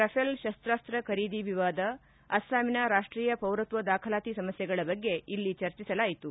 Rafale ಶಸ್ತಾಸ್ತ ಖರೀದಿ ವಿವಾದ ಅಸ್ಲಾಮಿನ ರಾಷ್ಟೀಯ ಪೌರತ್ವ ದಾಖಲಾತಿ ಸಮಸ್ಥೆಗಳ ಬಗ್ಗೆ ಇಲ್ಲಿ ಚರ್ಚಿಸಲಾಯಿತು